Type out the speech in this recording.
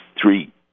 three